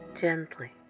Gently